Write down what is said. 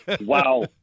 wow